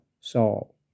Saul